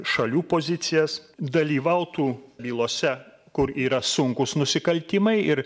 šalių pozicijas dalyvautų bylose kur yra sunkūs nusikaltimai ir